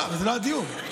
אבל זה לא הדיון.